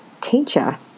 teacher